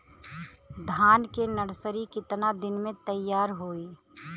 धान के नर्सरी कितना दिन में तैयार होई?